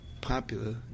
popular